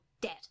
dead